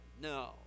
No